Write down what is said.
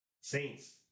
Saints